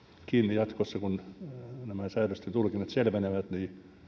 jatkossa kun nämä säädösten tulkinnat selvenevät